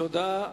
תודה.